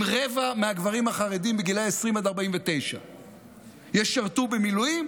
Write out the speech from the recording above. אם רבע מהגברים החרדים בגילי 20 עד 49 ישרתו במילואים,